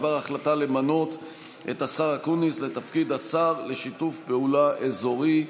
בדבר ההחלטה למנות את השר אקוניס לתפקיד השר לשיתוף פעולה אזורי.